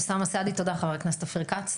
תודה חבר הכנסת אופיר כץ.